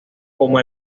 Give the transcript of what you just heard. como